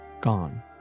gone